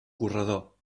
corredor